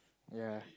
ya